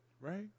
right